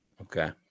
okay